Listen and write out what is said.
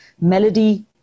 melody